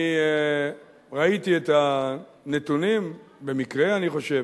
אני ראיתי את הנתונים, במקרה, אני חושב,